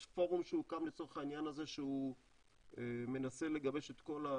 יש פורום שהוקם לצורך העניין הזה שהוא מנסה לגבש את כל ה